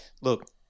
look